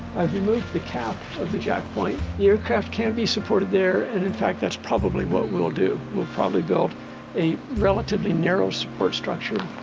i've removed the cap of the jack point. the aircraft can be supported there and in fact that's probably what we'll do. we'll probably build a relatively narrow support structure,